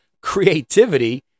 creativity